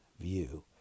view